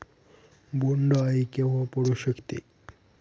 बोंड अळी केव्हा पडू शकते?